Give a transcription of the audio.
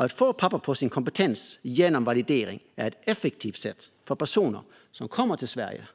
Att få papper på sin kompetens genom validering är ett effektivt sätt för personer som kommer till Sverige